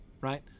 right